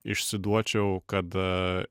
išsiduočiau kad